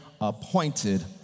appointed